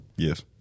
Yes